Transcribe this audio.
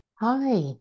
Hi